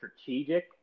strategic